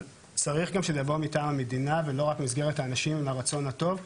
אבל צריך גם שזה יבוא מטעם המדינה ולא רק במסגרת האנשים עם הרצון הטוב,